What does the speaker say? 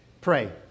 Pray